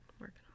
working